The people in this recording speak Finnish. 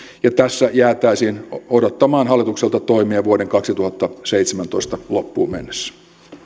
ja tässä jäätäisiin odottamaan hallitukselta toimia vuoden kaksituhattaseitsemäntoista loppuun mennessä